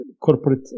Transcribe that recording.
corporate